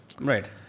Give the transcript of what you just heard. Right